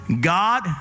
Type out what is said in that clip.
God